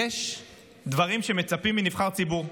יש דברים שמצפים מנבחר ציבור.